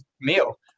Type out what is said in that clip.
meal